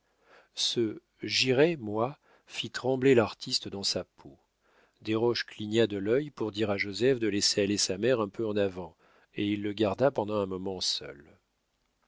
ce j'irai moi fit trembler l'artiste dans sa peau desroches cligna de l'œil pour dire à joseph de laisser aller sa mère un peu en avant et il le garda pendant un moment seul